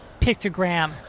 pictogram